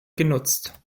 genutzt